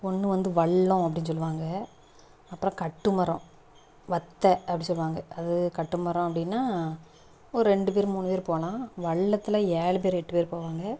ஒன்று வந்து வல்லம் அப்படினு சொல்லுவாங்க அப்புறம் கட்டுமரம் வத்த அப்படி சொல்லுவாங்க அது கட்டுமரம் அப்படினா ஒரு ரெண்டு பேர் மூணு பேர் போகலாம் வல்லத்தில் ஏழு பேர் எட்டு பேர் போவாங்க